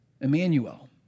Emmanuel